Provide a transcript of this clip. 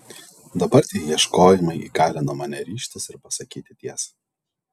dabar tie ieškojimai įgalino mane ryžtis ir pasakyti tiesą